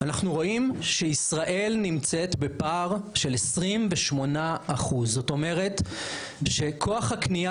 אנחנו רואים שישראל נמצאת בפער של 28%. זאת אומרת שכוח הקנייה